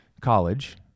college